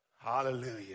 Hallelujah